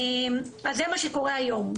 אז זה מה שקורה היום.